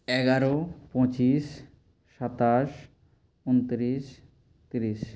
এগারো পঁচিশ সাতাশ উনত্রিশ ত্রিশ